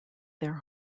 their